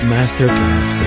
Masterclass